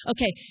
Okay